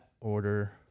order